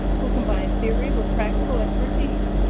who combine theory with practical expertise.